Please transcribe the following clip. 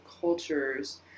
cultures